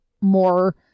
more